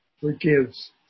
forgives